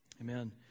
Amen